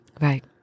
Right